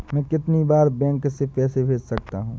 मैं कितनी बार बैंक से पैसे भेज सकता हूँ?